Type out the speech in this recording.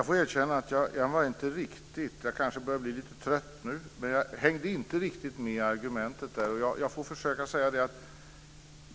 Fru talman! Jag kanske börjar bli lite trött nu. Men jag får erkänna att jag inte riktigt hängde med i argumenteringen.